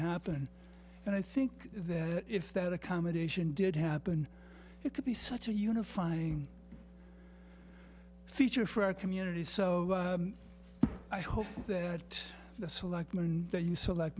happen and i think that if that accommodation did happen it could be such a unifying feature for our community so i hope that the selectmen that you select